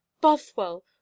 bothwell